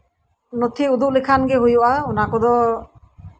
ᱱᱚᱛᱷᱤ ᱩᱫᱩᱜ ᱞᱮᱠᱷᱟᱱ ᱜᱮ ᱦᱩᱭᱩᱜᱼᱟ ᱚᱱᱟ ᱠᱚᱫᱚ